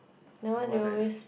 what there's